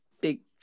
big